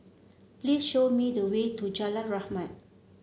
please show me the way to Jalan Rahmat